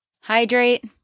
Hydrate